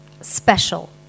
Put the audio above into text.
special